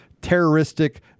terroristic